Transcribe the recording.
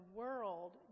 world